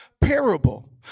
parable